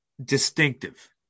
distinctive